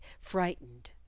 frightened